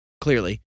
clearly